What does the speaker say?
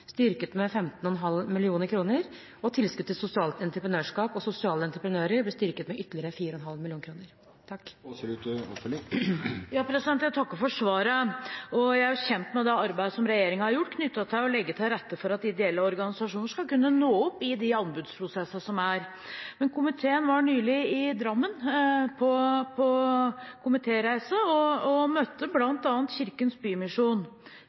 styrket med 15,5 mill. kr, og tilskudd til sosialt entreprenørskap og sosiale entreprenører ble styrket med ytterligere 4,5 mill. kr. Jeg takker for svaret. Jeg er kjent med arbeidet regjeringen har gjort for å legge til rette for at ideelle organisasjoner skal kunne nå opp i de anbudsprosessene som er. Komiteen var nylig i Drammen på komitéreise og møtte bl.a. Kirkens Bymisjon.